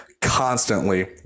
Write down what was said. constantly